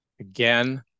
Again